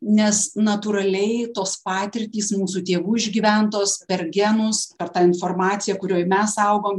nes natūraliai tos patirtys mūsų tėvų išgyventos per genus ta informacija kurioj mes augom